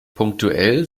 punktuell